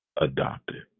adopted